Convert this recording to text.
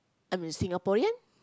I'm a Singaporean